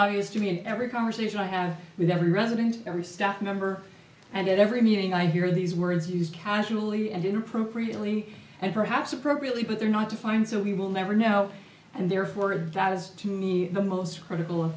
used to be in every conversation i have with every resident every staff member and at every meeting i hear these words used casually and in appropriately and perhaps appropriately but they're not defined so we will never know and therefore a vat is to me the most critical of